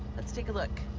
let's take a look.